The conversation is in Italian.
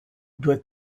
due